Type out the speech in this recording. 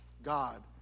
God